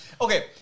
Okay